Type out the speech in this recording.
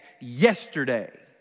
yesterday